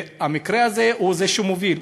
והמקרה הזה הוא זה שמוביל.